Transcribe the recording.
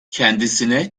kendisine